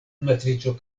matrico